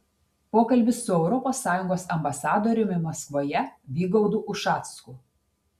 pokalbis su europos sąjungos ambasadoriumi maskvoje vygaudu ušacku